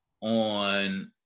on